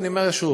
ואני אומר שוב,